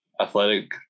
athletic